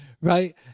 right